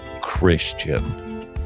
Christian